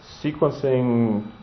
sequencing